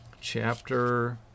chapter